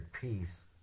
peace